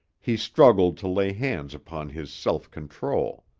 he struggled to lay hands upon his self-control.